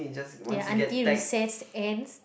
ya until recess ends